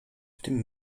tym